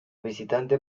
visitantes